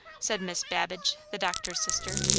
said miss babbage, the doctor's sister.